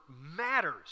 matters